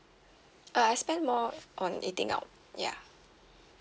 uh I spend more on eating out ya